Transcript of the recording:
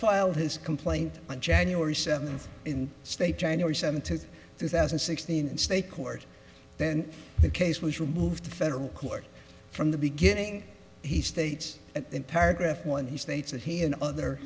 filed his complaint on january seventh in state january seventeenth two thousand and sixteen in state court then the case was removed to federal court from the beginning he states in paragraph one he states that he and other